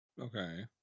okay